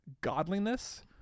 godliness